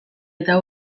eta